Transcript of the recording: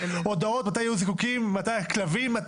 הודעות מתי יהיו זיקוקים וכולי.